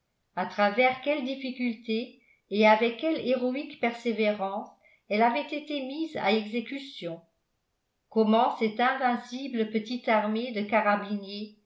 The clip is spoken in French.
à travers quelles difficultés et avec quelle héroïque persévérance elle avait été mise à exécution comment cette invincible petite armée de carabiniers